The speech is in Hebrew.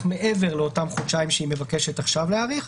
מעבר לאותם חודשיים שהיא מבקשת עכשיו להאריך.